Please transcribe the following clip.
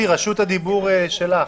בבקשה.